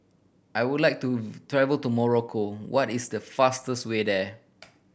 I would like to travel to Morocco what is the fastest way there